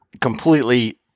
completely